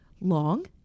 long